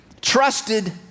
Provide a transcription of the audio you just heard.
trusted